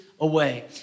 away